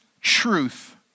truth